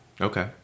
Okay